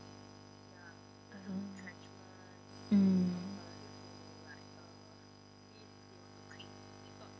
mm